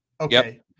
Okay